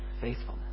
faithfulness